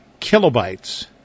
kilobytes